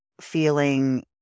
feeling